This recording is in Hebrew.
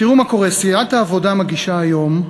תראו מה קורה, סיעת העבודה מגישה היום,